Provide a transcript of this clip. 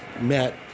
met